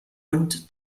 und